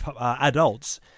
adults